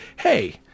hey